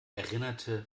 erinnerte